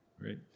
Right